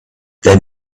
then